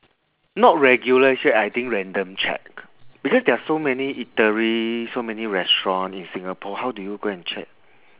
not regular che~ I think random check because there are so many eatery so much restaurant in singapore how do you go and check